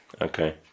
Okay